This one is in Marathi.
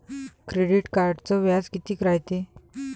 क्रेडिट कार्डचं व्याज कितीक रायते?